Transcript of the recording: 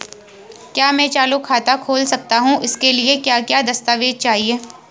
क्या मैं चालू खाता खोल सकता हूँ इसके लिए क्या क्या दस्तावेज़ चाहिए?